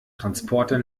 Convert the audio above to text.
transporter